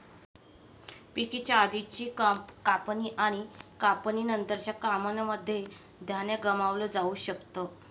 पिकाच्या आधीची कापणी आणि कापणी नंतरच्या कामांनमध्ये धान्य गमावलं जाऊ शकत